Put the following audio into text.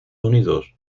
unidos